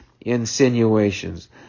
insinuations